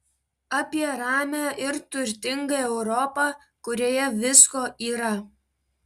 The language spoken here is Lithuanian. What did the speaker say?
apie ramią ir turtingą europą kurioje visko yra